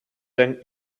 then